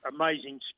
amazing